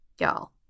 Y'all